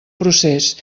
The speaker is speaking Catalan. procés